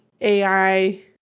AI